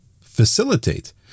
facilitate